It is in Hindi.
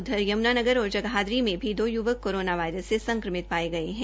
उधर यमुनानगर और जगाधरी में भी दो य्वक कोरोना वायरस से संक्रमित पाये गये है